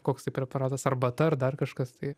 koks tai preparatas arbata ar dar kažkas tai